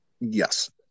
Yes